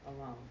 alone